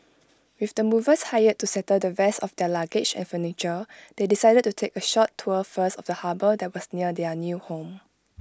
with the movers hired to settle the rest of their luggage and furniture they decided to take A short tour first of the harbour that was near their new home